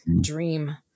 dream